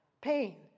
Pain